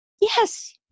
Yes